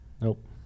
Nope